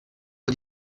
aux